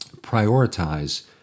Prioritize